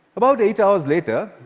about eight hours later,